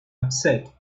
upset